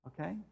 okay